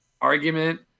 argument